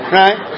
right